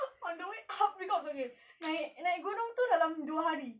on the way up cause okay naik naik gunung tu dalam dua hari